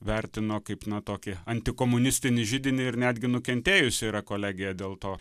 vertino kaip na tokį antikomunistinį židinį ir netgi nukentėjus yra kolegija dėl to